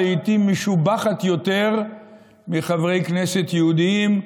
לעיתים משובחת יותר משל חברי כנסת יהודים.